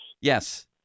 Yes